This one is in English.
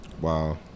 wow